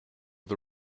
the